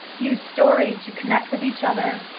use story to connect with each other,